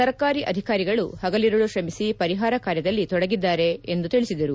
ಸರ್ಕಾರಿ ಅಧಿಕಾರಿಗಳು ಹಗಲಿರುಳು ಶ್ರಮಿಸಿ ಪರಿಹಾರ ಕಾರ್ಯದಲ್ಲಿ ತೊಡಗಿದ್ದಾರೆ ಎಂದು ತಿಳಿಸಿದರು